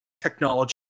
technology